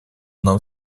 нам